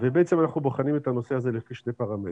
ובעצם אנחנו בוחנים את הנושא הזה לפי שני פרמטרים.